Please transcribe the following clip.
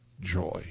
joy